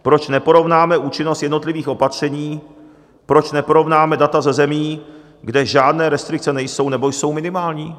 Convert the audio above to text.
Proč neporovnáme účinnost jednotlivých opatření, proč neporovnáme data ze zemí, kde žádné restrikce nejsou nebo jsou minimální?